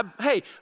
Hey